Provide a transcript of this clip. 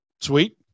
Sweet